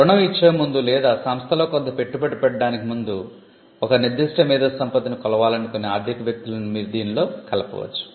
రుణం ఇచ్చేముందు లేదా సంస్థలో కొంత పెట్టుబడి పెట్టడానికి ముందు ఒక నిర్దిష్ట మేధో సంపత్తిని కొలవాలనుకునే ఆర్థిక వ్యక్తులను మీరు దీనిలో కలపవచ్చు